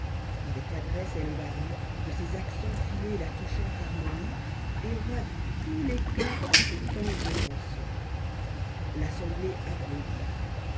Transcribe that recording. avec adresse elle varie de ses accents filés la touchante harmonie et ravit tous les coeurs par ses tendres chansons l'assemblée applaudit